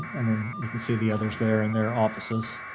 and then you can see the others there and their offices.